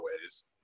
ways